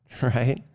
Right